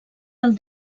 del